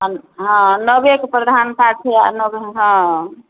हँ नवेके प्रधानता छै आ नव हँ